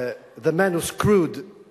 The man who screwed Italy